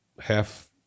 half